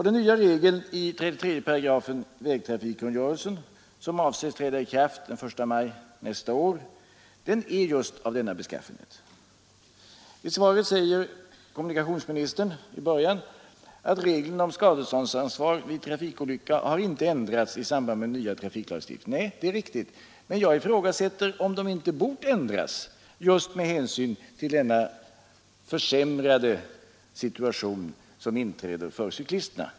Den nya regeln i 33 § vägtrafik 4 de nya cykel kungörelsen, som avses träda i kraft den 1 maj nästa år, är just av denna trafikreglerna I början av svaret säger kommunikationsministern att reglerna om skadeståndsansvar vid trafikolycka inte har ändrats i samband med den nya trafiklagstiftningen. Nej, det är riktigt, men jag ifrågasätter om de inte bort ändras just med hänsyn till denna försämrade situation som inträder för cyklisterna.